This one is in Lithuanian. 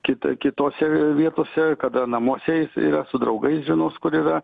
kita kitose vietose kada namuose jis yra su draugais žinos kur yra